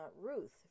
Ruth